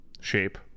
shape